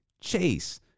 chase